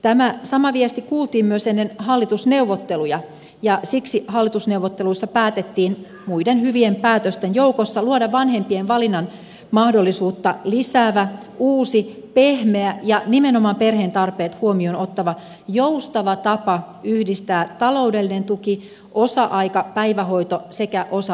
tämä sama viesti kuultiin myös ennen hallitusneuvotteluja ja siksi hallitusneuvotteluissa päätettiin muiden hyvien päätösten joukossa luoda vanhempien valinnanmahdollisuutta lisäävä uusi pehmeä ja nimenomaan perheen tarpeet huomioon ottava joustava tapa yhdistää taloudellinen tuki osa aikapäivähoito sekä osa aikatyö